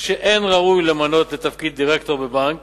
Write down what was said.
שלא ראוי למנות לתפקיד דירקטור בבנק